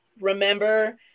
remember